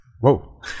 whoa